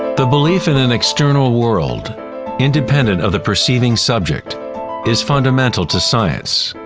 the belief in an external world independent of the perceiving subject is fundamental to science.